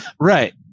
right